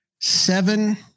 seven